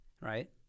right